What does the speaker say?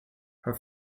her